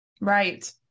Right